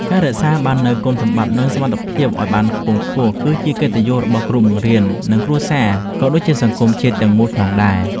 ការរក្សានូវគុណសម្បត្តិនិងសមត្ថភាពឱ្យបានខ្ពង់ខ្ពស់គឺជាកិត្តិយសរបស់គ្រូបង្រៀននិងគ្រួសារក៏ដូចជាសង្គមជាតិទាំងមូលផងដែរ។